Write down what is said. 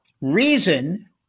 reason